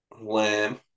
Lamb